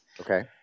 Okay